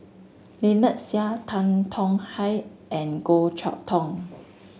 Lynnette Seah Tan Tong Hye and Goh Chok Tong